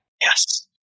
Yes